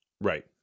Right